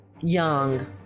young